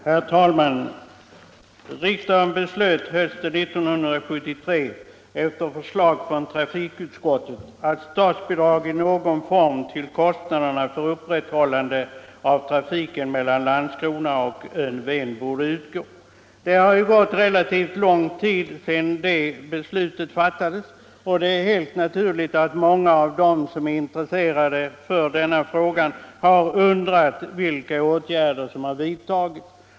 Herr talman! Riksdagen beslöt hösten 1973 efter förslag från trafikutskottet att statsbidrag i någon form till kostnaderna för upprätthållande av trafiken mellan Landskrona och ön Ven borde utgå. Det har gått relativt lång tid sedan detta beslut fattades, och det är helt naturligt att många av dem som är intresserade för denna sak har undrat vilka åtgärder som vidtagits.